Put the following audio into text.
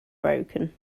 broken